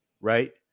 right